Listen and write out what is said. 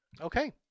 Okay